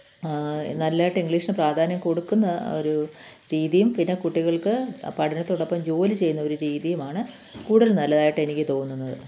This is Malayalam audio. നല്ലതായിട്ട് ഇംഗ്ലീഷ് പ്രാധാന്യം കൊടുക്കുന്ന ഒരു രീതിയും പിന്നെ കുട്ടികള്ക്ക് പഠനത്തോടൊപ്പം ജോലി ചെയ്യുന്ന ഒരു രീതിയുമാണ് കൂടുതല് നല്ലതായിട്ട് എനിക്ക് തോന്നുന്നത്